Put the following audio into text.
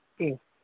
ꯎꯝ